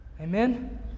Amen